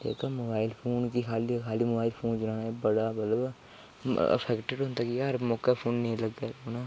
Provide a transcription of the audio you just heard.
जेह्का खाल्ली mobile phone चलाना बड़ा मतलव अफैक्टड होंदा हर मौकै फोनै गी लग्गै दे रौंह्ना